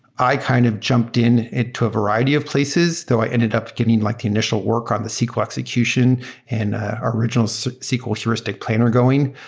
i kind of jumped in into a variety of places. i ended up getting like the initial work on the sql execution and original so sql heuristic planner going.